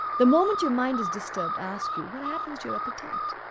the moment your mind is disturbed, ask you, what happens to your appetite?